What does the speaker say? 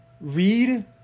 read